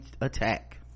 attack